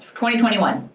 twenty twenty one.